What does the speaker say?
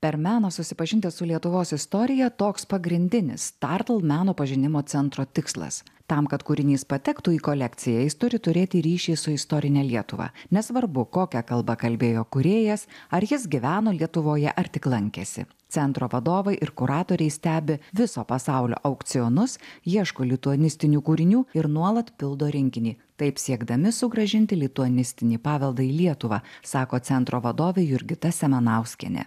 per meną susipažinti su lietuvos istorija toks pagrindinis tartl meno pažinimo centro tikslas tam kad kūrinys patektų į kolekciją jis turi turėti ryšį su istorine lietuva nesvarbu kokia kalba kalbėjo kūrėjas ar jis gyveno lietuvoje ar tik lankėsi centro vadovai ir kuratoriai stebi viso pasaulio aukcionus ieško lituanistinių kūrinių ir nuolat pildo rinkinį taip siekdami sugrąžinti lituanistinį paveldą į lietuvą sako centro vadovė jurgita semanauskienė